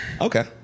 Okay